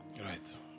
Right